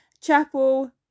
chapel